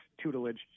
tutelage